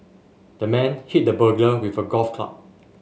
the man hit the burglar with a golf club